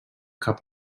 cap